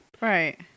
right